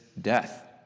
death